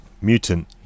Mutant